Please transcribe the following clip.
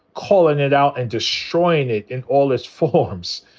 calling it out and destroying it in all its forms.